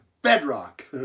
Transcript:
bedrock